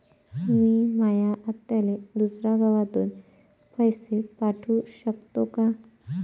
मी माया आत्याले दुसऱ्या गावातून पैसे पाठू शकतो का?